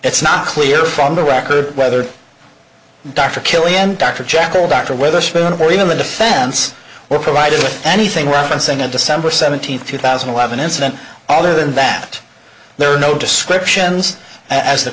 it's not clear from the record whether dr killian dr jekyll dr wetherspoon or even the defense were provided with anything referencing a december seventeenth two thousand and eleven incident other than that there are no descriptions as the